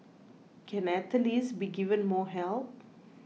can athletes be given more help